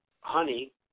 honey